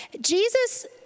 Jesus